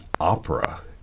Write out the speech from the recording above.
opera